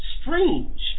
strange